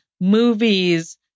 movies